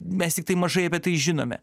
mes tiktai mažai apie tai žinome